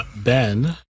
Ben